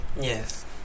Yes